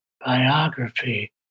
biography